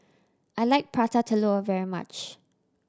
I like Prata Telur very much